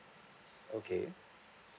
okay